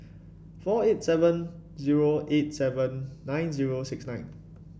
four eight seven zero eight seven nine zero six nine